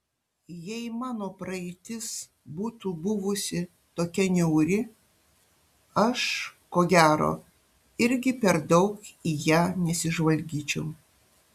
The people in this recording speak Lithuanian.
jei mano praeitis būtų buvusi tokia niauri aš ko gero irgi per daug į ją nesižvalgyčiau